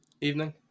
Evening